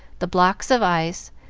the blocks of ice,